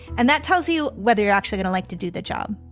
and that tells you whether you're actually going to like to do the job